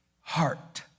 heart